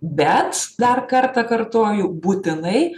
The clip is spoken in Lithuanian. bet dar kartą kartoju būtinai